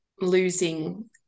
losing